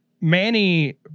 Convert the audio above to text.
manny